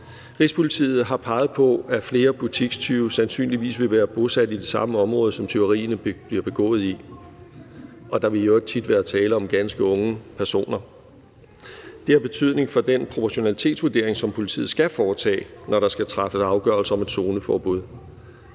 Rigspolitiet har peget på, at flere butikstyve sandsynligvis vil være bosat i det samme område, som tyverierne bliver begået i, og der vil i øvrigt tit være tale om ganske unge personer. Det har betydning for den proportionalitetsvurdering, som politiet skal foretage, når der skal træffes afgørelse om et zoneforbud.